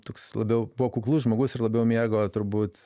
toks labiau buvo kuklus žmogus ir labiau mėgo turbūt